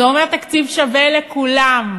זה אומר תקציב שווה לכולם.